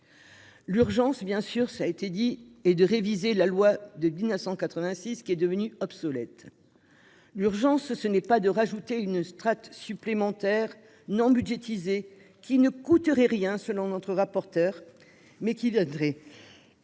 L'urgence, bien sûr, c'est de réviser la loi de 1986, qui est devenue obsolète. L'urgence, ce n'est pas d'ajouter une strate supplémentaire, non budgétisée, qui « ne coûterait rien », selon notre rapporteur, mais qui viendrait,